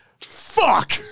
Fuck